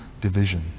division